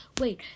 Wait